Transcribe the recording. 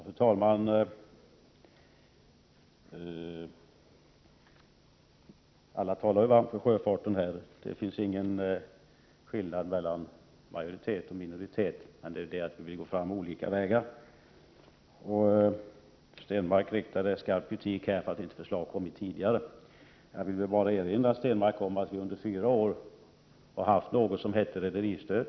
Fru talman! Alla här talar ju varmt om sjöfarten. Det råder faktiskt ingen skillnad mellan majoritet och minoritet i det hänseendet, det är bara det att vi vill gå fram olika vägar. Per Stenmarck riktade skarp kritik mot att förslag inte har kommit tidigare. Jag vill bara erinra Stenmarck om att vi under fyra års tid hade något som hette rederistöd.